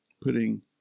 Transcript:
putting